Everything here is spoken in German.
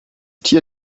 tier